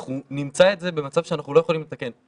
אנחנו נמצא את זה במצב שאנחנו לא יכולים לתקן.